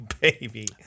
baby